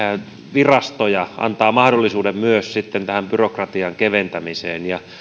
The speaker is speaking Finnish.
virastoja antaa myös mahdollisuuden tähän byrokratian keventämiseen